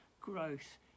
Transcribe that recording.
growth